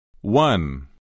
One